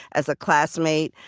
as a classmate,